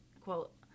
quote